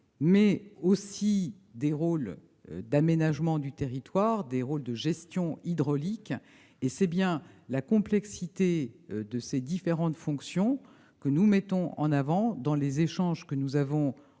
mais aussi des rôles d'aménagement du territoire et de gestion hydraulique. C'est bien la complexité de ces différentes fonctions que nous mettons en avant dans nos échanges en cours avec la